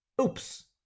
Oops